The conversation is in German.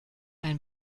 ein